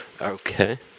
Okay